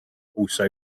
also